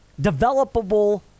developable